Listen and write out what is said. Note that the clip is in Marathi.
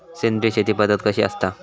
सेंद्रिय शेती पद्धत कशी असता?